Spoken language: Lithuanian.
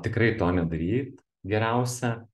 tikrai to nedaryt geriausia